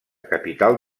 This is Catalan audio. capital